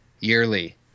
yearly